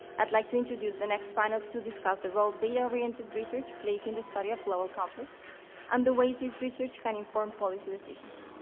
i'd like to introduce the next panel to discuss the role data oriented research plays in the study of global conflict and the ways this research can inform policy decisions.